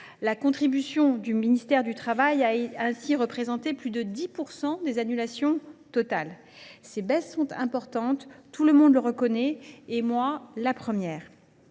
La contribution du ministère du travail a ainsi représenté plus de 10 % des annulations totales. Ces baisses sont importantes, chacun le reconnaît, moi la première.